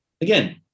Again